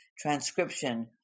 transcription